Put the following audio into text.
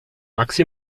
max